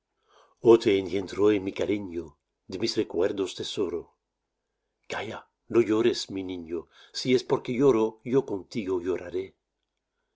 engendró en mi cariño de mis recuerdos tesoro calla no llores mi niño si es porque lloro yo contigo lloraré